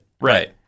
Right